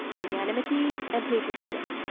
magnanimity, and patriotism.